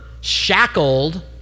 shackled